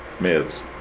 meds